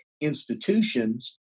institutions